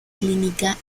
clínica